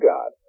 God